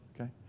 Okay